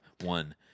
One